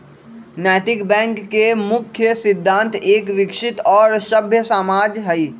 नैतिक बैंक के मुख्य सिद्धान्त एक विकसित और सभ्य समाज हई